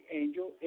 angel